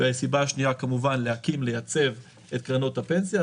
וסיבה שנייה כמובן להקים ולייצב את קרנות הפנסיה,